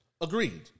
Agreed